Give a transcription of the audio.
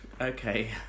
Okay